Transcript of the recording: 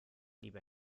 lieber